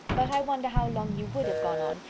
but i wonder how long you would have gone on,